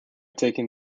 taking